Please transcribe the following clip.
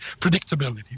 Predictability